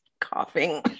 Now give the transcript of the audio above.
coughing